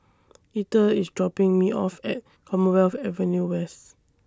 Eathel IS dropping Me off At Commonwealth Avenue West